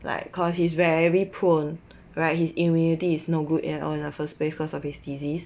like cause he is very poor right his immunity is no good at all in the first place because of his disease